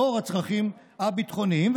לאור הצרכים הביטחוניים.